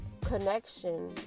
connection